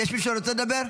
יש מי שרוצה לדבר?